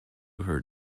her